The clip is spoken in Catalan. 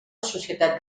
societat